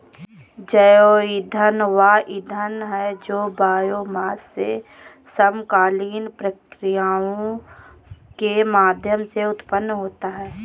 जैव ईंधन वह ईंधन है जो बायोमास से समकालीन प्रक्रियाओं के माध्यम से उत्पन्न होता है